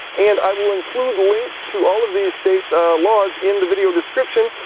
and i will include links to all of these states' ah laws in the video description.